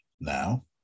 Now